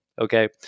Okay